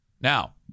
Now